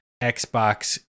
Xbox